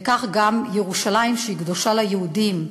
וכך גם ירושלים, שהיא קדושה ליהודים.